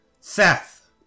Seth